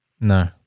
No